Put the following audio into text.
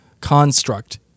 construct